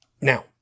Now